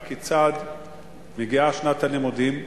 מגיעה שנת הלימודים,